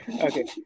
Okay